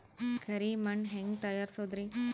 ಕರಿ ಮಣ್ ಹೆಂಗ್ ತಯಾರಸೋದರಿ?